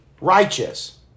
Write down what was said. righteous